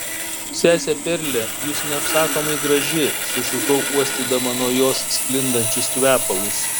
sese perle jūs neapsakomai graži sušukau uostydama nuo jos sklindančius kvepalus